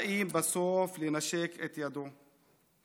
שבאים בסוף לנשק את ידו.